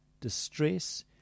distress